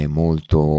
molto